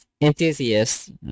enthusiast